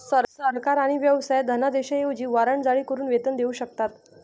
सरकार आणि व्यवसाय धनादेशांऐवजी वॉरंट जारी करून वेतन देऊ शकतात